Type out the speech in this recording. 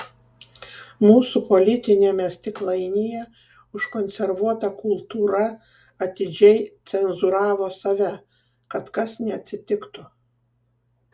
mūsų politiniame stiklainyje užkonservuota kultūra atidžiai cenzūravo save kad kas neatsitiktų